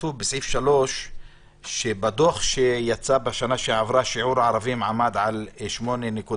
כתוב בסעיף 3 שבדוח שיצא בשנה שעברה שיעור הערבים עמד על 8.2%,